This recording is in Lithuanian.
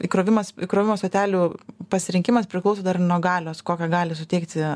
įkrovimas įkrovimo stotelių pasirinkimas priklauso dar nuo galios kokią gali suteikti